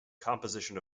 composition